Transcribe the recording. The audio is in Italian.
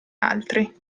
altri